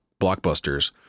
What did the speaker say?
blockbusters